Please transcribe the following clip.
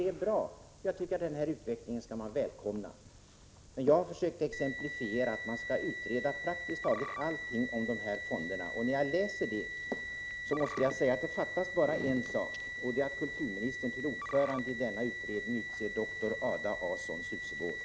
Jag tycker att det är bra och att man skall välkomna den utvecklingen. ; 11 Men jag försökte visa att majoriteten vill utreda praktiskt taget allting beträffande de omdiskuterade fonderna. När jag läser förslaget finner jag att det fattas endast en sak, nämligen att kulturministern till ordförande i den tilltänkta utredningen utser doktor Ada A:son Susegård.